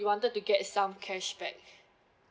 wanted to get some cashback